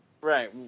right